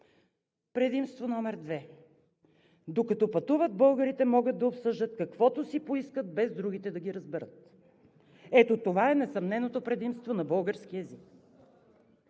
„Предимство номер две. Докато пътуват, българите могат да обсъждат каквото си поискат, без другите да ги разберат. Ето това е несъмненото предимство на българския език.“